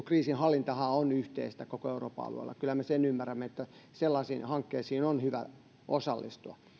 kriisinhallintahan on yhteistä koko euroopan alueella joten siinä mielessä kyllähän me sen ymmärrämme että sellaisiin hankkeisiin on hyvä osallistua